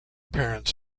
parents